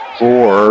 four